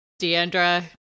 Deandra